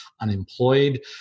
unemployed